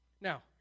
Now